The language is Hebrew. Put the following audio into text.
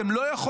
אתם לא יכולים.